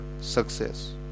success